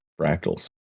fractals